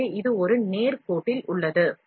எனவே இது ஒரு நேர் கோட்டில் உள்ளது